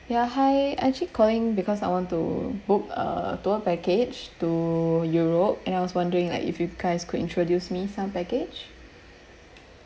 ya hi I actually calling because I want to book a tour package to europe and I was wondering like if you guys could introduce me some package